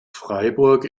freiburg